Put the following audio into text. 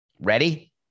Ready